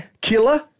Killer